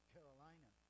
Carolina